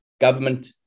government